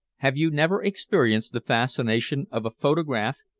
have you never experienced the fascination of a photograph,